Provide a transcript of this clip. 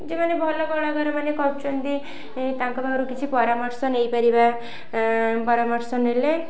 ଯେ ମାନେ ଭଲ କଳାକାରମାନେ କରୁଛନ୍ତି ତାଙ୍କ ପାଖରୁ କିଛି ପରାମର୍ଶ ନେଇପାରିବା ପରାମର୍ଶ ନେଲେ